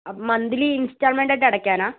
അപ്പോൾ monthly instalment ആയിട്ട് അടക്കാനാണോ